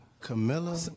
Camilla